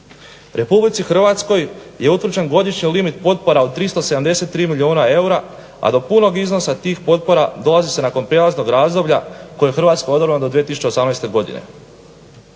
eura po hektaru. RH je utvrđen godišnji limit potpora od 373 milijuna eura a do punog iznosa tih potpora dolazi se nakon prijelaznog razdoblja kojoj je Hrvatskoj odobre do 2018. godine.